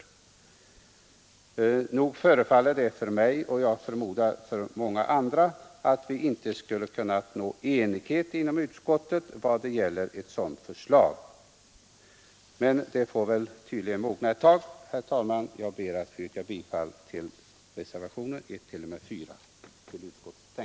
Nog förefaller det mig, och jag förmodar många med mig, som om vi borde ha kunnat nå enighet om ett sådant förslag i utskottet, men saken får tydligen mogna en tid. Herr talman! Jag ber att få yrka bifall till reservationerna 1, 2, 3 och